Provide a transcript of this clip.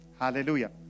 Hallelujah